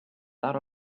that